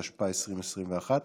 התשפ"א 2021,